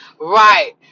Right